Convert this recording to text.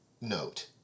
Note